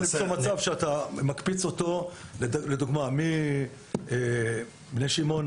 למצוא מצב שאתה מקפיץ אותו לדוגמה מבני שמעון,